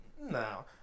No